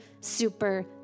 super